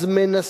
אז מנסים,